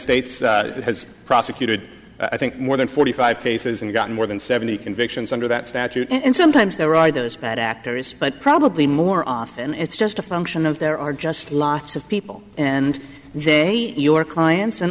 states has prosecuted i think more than forty five cases and gotten more than seventy convictions under that statute and sometimes there are those bad actors but probably more often it's just a function of there are just lots of people and they your clients and